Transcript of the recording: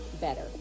better